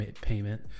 payment